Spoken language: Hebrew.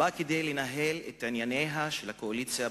באה כדי לנהל את ענייניה של הקואליציה,